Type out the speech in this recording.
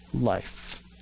life